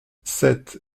sept